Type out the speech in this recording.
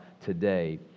today